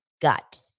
gut